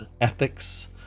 ethics